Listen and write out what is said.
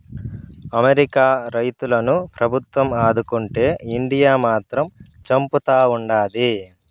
America రైతులను ప్రభుత్వం ఆదుకుంటే ఇండియా మాత్రం చంపుతా ఉండాది